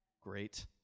Great